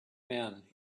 men